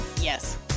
yes